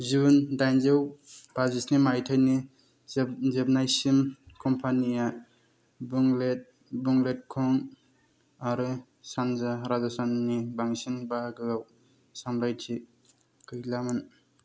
जुन दाइनजौ बाजिस्नि माइथायनि जोबनायसिम कम्पानिया बुंलेद बुंलेदखं आरो सानजा राजस्थाननि बांसिन बाहागोयाव सामलायथि गैलामोन